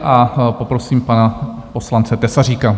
A poprosím pana poslance Tesaříka.